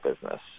business